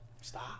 Stop